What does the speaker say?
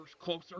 closer